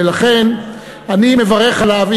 ולכן אני מברך עליו,